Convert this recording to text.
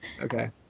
okay